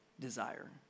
desire